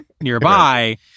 nearby